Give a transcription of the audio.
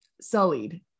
sullied